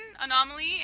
Anomaly